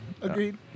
Agreed